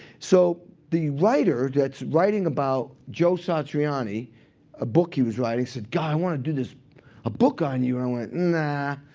so the writer that's writing about joe satriani a book he was writing said, god, i want to do a book on you. and i went, nah.